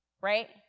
right